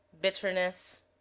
bitterness